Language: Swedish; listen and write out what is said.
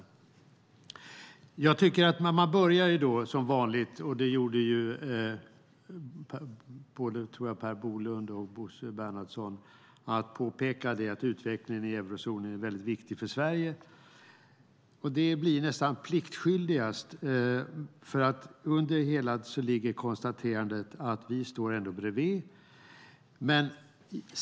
Både Per Bolund och Bosse Bernhardsson började, tror jag, som vanligt med att påpeka att utvecklingen i eurozonen är viktig för Sverige. Det blir nästan pliktskyldigast man säger detta, för under det hela ligger konstaterandet att vi ändå står bredvid.